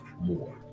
more